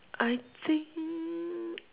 I think